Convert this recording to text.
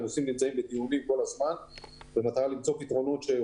הנושאים נמצאים בדיונים כל הזמן במטרה למצוא פתרונות.